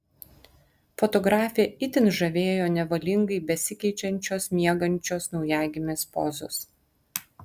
fotografę itin žavėjo nevalingai besikeičiančios miegančios naujagimės pozos